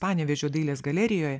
panevėžio dailės galerijoje